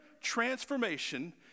transformation